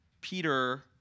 Peter